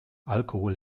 alkohol